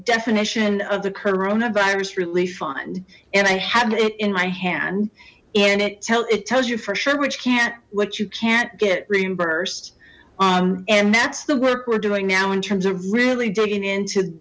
definition of the coronavirus relief fund and i have it in my hand and it tell it tells you for sure which can't what you can't get reimbursed on and that's the work we're doing now in terms of really digging into